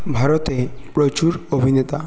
ভারতে প্রচুর অভিনেতা